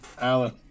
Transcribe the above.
Alan